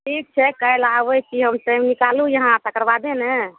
ठीक छै काल्हि आबै छी हम टाइम निकालू यहाँ तकर बादे ने